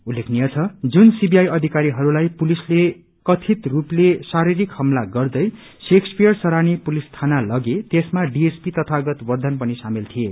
उल्लेखनीय छ जुन सीवीआई अधिकारीहरूलाई पुलिसले कथित रूपले शारीरिक हमला गर्दै शेक्सपियर शरानी पुलिस थाना लगे त्यामा डीएसपी तथागत वर्धन पनि शामेल थिए